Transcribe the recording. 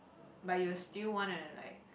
but you still wanna like